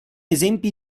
esempi